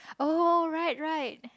oh right right